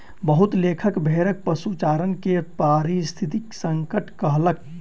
बहुत लेखक भेड़क पशुचारण के पारिस्थितिक संकट कहलक